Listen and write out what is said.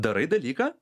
darai dalyką